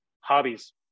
hobbies